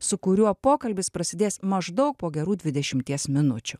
su kuriuo pokalbis prasidės maždaug po gerų dvidešimties minučių